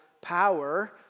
power